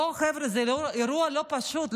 בואו, חבר'ה, זה אירוע לא פשוט.